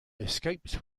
escapes